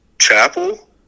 Chapel